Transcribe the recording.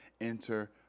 enter